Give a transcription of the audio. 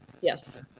Yes